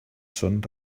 són